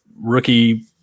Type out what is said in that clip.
rookie